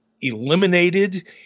eliminated